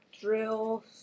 drill